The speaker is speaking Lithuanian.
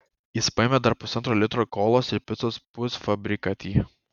jie paėmė dar pusantro litro kolos ir picos pusfabrikatį